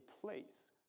place